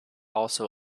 also